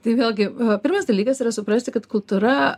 tai vėlgi pirmas dalykas yra suprasti kad kultūra